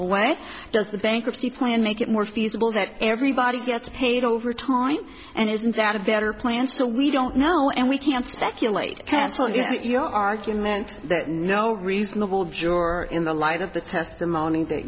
away does the bankruptcy point make it more feasible that everybody gets paid over time and isn't that a better plan so we don't know and we can't speculate castle get your argument that no reasonable juror in the light of the testimony that